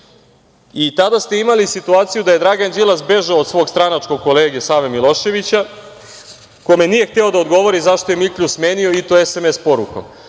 i tada ste imali situaciju da je Dragan Đilas bežao od svog stranačkog kolege Save Miloševića, kome nije hteo da odgovori zašto je Miklju smenio i to SMS porukom. Razlozi